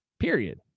Period